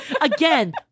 Again